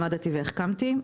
למדתי והחכמתי.